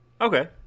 Okay